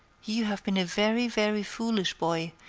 you have been a very, very foolish boy,